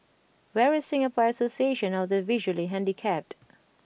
where is Singapore Association of the Visually Handicapped